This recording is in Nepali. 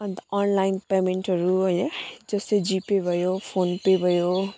अनि त अनलाइन पेमेन्टहरू है जस्तै जिपे भयो फोनपे भयो